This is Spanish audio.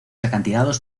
acantilados